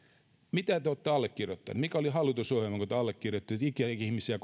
mitä te olette allekirjoittaneet mikä oli hallitusohjelma kun te allekirjoititte ikäihmisiä